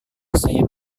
saya